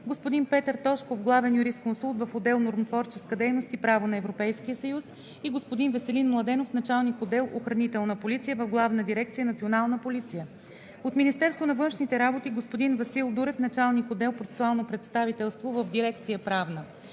господин Петър Тошков – главен юрисконсулт в отдел „Нормотворческа дейност и Право на Европейския съюз“ и господин Веселин Младенов – началник отдел „Охранителна полиция“ в Главна дирекция Национална полиция; от Министерството на външните работи: господин Васил Дурев – началник отдел „Процесуално представителство“ в дирекция „Правна“;